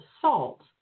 salt